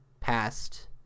past